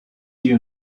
you